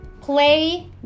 play